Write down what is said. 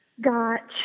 got